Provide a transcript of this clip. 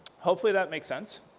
hopefully that makes sense,